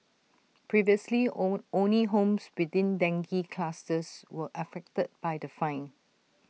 previously only homes within dengue clusters were affected by the fine